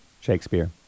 Shakespeare